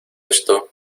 esto